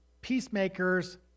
peacemakers